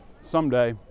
someday